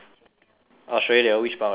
australia which part of australia